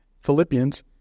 Philippians